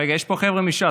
רגע, יש פה חבר'ה מש"ס.